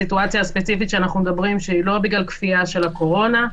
בסיטואציה הספציפית שהיא לא בגלל כפייה של הקורונה.